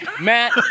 Matt